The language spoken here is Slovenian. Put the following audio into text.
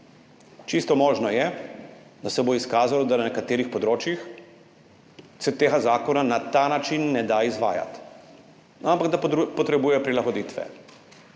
čisto možno je, da se bo izkazalo, da na nekaterih področjih se tega zakona na ta način ne da izvajati, ampak da potrebuje prilagoditve.